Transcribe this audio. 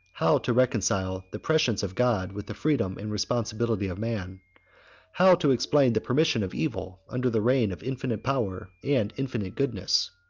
how to reconcile the prescience of god with the freedom and responsibility of man how to explain the permission of evil under the reign of infinite power and infinite goodness.